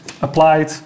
applied